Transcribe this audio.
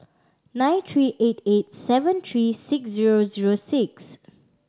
nine three eight eight seven three six zero zero six